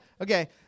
Okay